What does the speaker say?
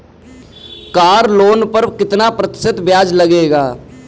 Car loan पर कितना प्रतिशत ब्याज लगेगा?